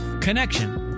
connection